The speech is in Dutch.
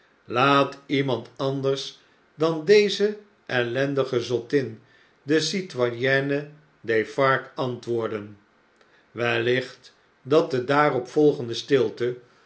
laat iemand anders dan deze ellendige zottin decitoyenne defarge antwoorden wellicht dat de daarop volgende stilte